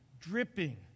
dripping